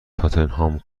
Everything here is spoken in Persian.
تاتنهام